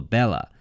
Bella